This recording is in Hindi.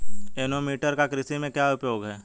एनीमोमीटर का कृषि में क्या उपयोग है?